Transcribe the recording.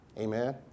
Amen